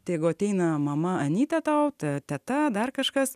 tegu ateina mama anyta tau ta teta dar kažkas